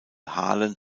halen